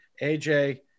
AJ